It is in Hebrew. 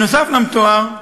נוסף על המתואר,